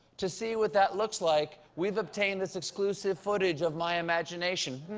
to see what that looks like, we've obtained this exclusive footage of my imagination.